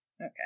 okay